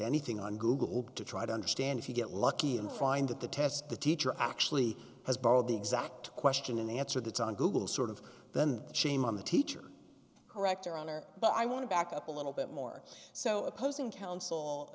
anything on google to try to understand if you get lucky and find that the test the teacher actually has borrowed the exact question and the answer that's on google sort of then shame on the teacher correct your honor but i want to back up a little bit more so opposing counsel